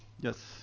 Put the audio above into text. Yes